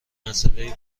مسئله